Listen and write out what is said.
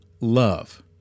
love